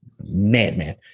madman